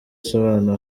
asobanura